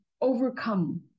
overcome